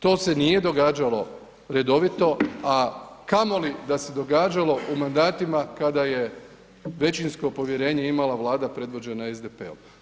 To se nije događalo redovito, a kamoli da se događalo u mandatima kada je većinsko povjerenje imala vlada predvođena SDP-om.